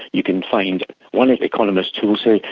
you can find one economist who'll say,